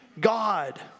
God